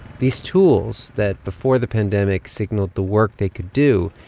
these tools that before the pandemic signaled the work they could do,